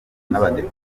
n’abadepite